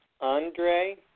Andre